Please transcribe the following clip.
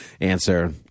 answer